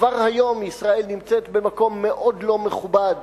כבר היום ישראל נמצאת במקום מאוד לא מכובד